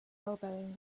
elbowing